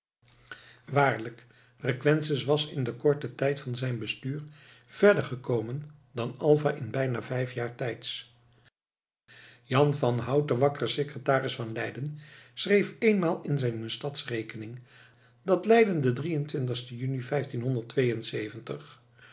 waarlijk requesens was in den korten tijd van zijn bestuur verder gekomen dan alva in bijna vijf jaar tijds jan van hout de wakkere secretaris van leiden schreef eenmaal in zijne stadsrekening dat leiden den drieëntwintigsten juni